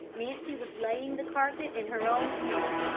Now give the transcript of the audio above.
nancy was laying the carpet in her own pew.